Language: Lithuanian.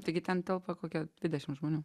taigi ten telpa kokie dvidešimt žmonių